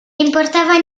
importava